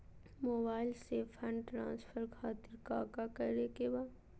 Mobile से fund transfer खातिर काका करे के बा?